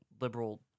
liberal